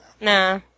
Nah